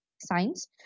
science